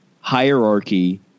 hierarchy